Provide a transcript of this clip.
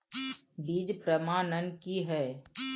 बीज प्रमाणन की हैय?